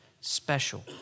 special